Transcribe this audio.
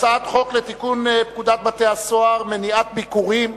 הצעת חוק לתיקון פקודת בתי-הסוהר (מניעת ביקורים),